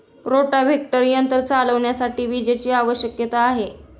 rotavator यंत्र चालविण्यासाठी विजेची आवश्यकता आहे